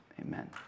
Amen